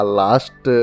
last